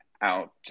out